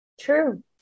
true